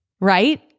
right